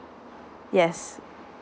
yes